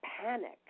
panic